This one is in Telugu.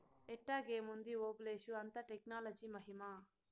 ఎట్టాగేముంది ఓబులేషు, అంతా టెక్నాలజీ మహిమా